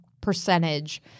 percentage